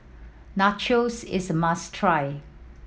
nachos is a must try